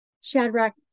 Shadrach